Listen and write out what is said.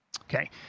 Okay